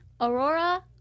Aurora